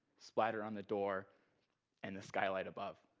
splattered on the door and the skylight above.